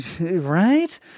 right